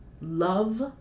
love